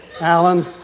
Alan